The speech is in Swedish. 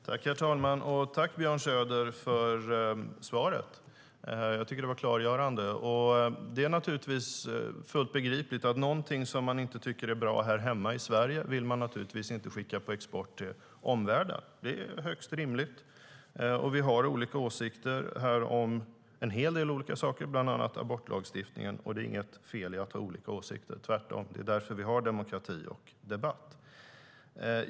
Herr talman! Tack för svaret, Björn Söder! Jag tycker att det var klargörande. Det är naturligtvis fullt begripligt att man inte vill skicka någonting som man inte tycker är bra här hemma i Sverige på export till omvärlden. Det är högst rimligt. Vi har olika åsikter om en hel del olika saker, bland annat abortlagstiftningen. Det är inget fel att ha olika åsikter, tvärtom. Det är därför vi har demokrati och debatt.